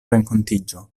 renkontiĝo